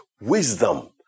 wisdom